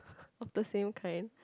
of the same kind